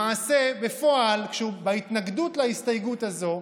בפועל, בהתנגדות להסתייגות הזו,